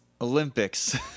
Olympics